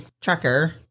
trucker